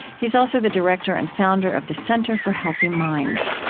he's also the director and founder of the center for healthy minds.